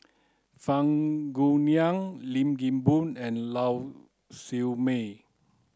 Fang Guixiang Lim Kim Boon and Lau Siew Mei